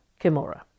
Kimura